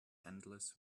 endless